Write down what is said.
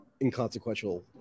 inconsequential